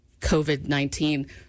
COVID-19